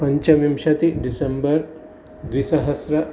पञ्चविंशतिः डिसम्बर् द्विसहस्रम्